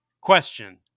question